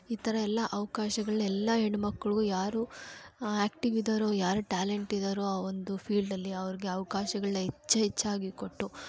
ಈ ಥರ ಎಲ್ಲ ಅವಕಾಶಗಳ್ನೆಲ್ಲಾ ಹೆಣ್ಮಕ್ಳಿಗು ಯಾರು ಆ್ಯಕ್ಟಿವ್ ಇದಾರೋ ಯಾರು ಟ್ಯಾಲೆಂಟ್ ಇದಾರೋ ಆ ಒಂದು ಫೀಲ್ಡಲ್ಲಿ ಅವ್ರಿಗೆ ಅವಕಾಶಗಳ್ನ ಹೆಚ್ಚು ಹೆಚ್ಚಾಗಿ ಕೊಟ್ಟು